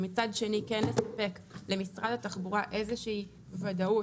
ומצד שני כן לספק למשרד התחבורה איזושהי ודאות